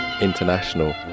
international